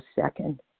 second